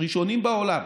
ראשונים בעולם.